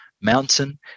Mountain